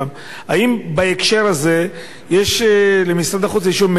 האם בהקשר הזה יש למשרד החוץ איזה מידע חדש